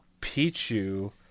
Pichu